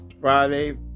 Friday